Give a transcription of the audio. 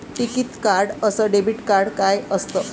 टिकीत कार्ड अस debit card काय असत?